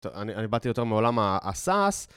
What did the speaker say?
אני באתי יותר מעולם הסאס.